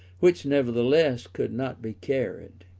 which nevertheless could not be carried.